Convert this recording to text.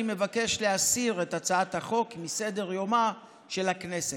אני מבקש להסיר את הצעת החוק מסדר-יומה של הכנסת.